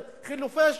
חילופי שטחים.